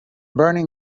burning